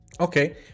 okay